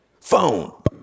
phone